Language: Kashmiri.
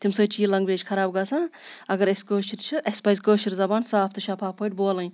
تیٚمہِ سۭتۍ چھِ یہِ لیٚنٛگویج خراب گژھان اگر أسۍ کٲشِرۍ چھِ اَسہِ پَزِ کٲشُر زبان صاف تہٕ شَفاف پٲٹھۍ بولٕنۍ